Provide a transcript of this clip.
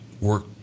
work